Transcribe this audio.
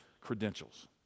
credentials